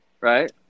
right